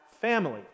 family